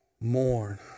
mourn